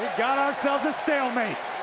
got ourselves a stalemate.